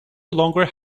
longer